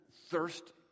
thirst